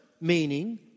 meaning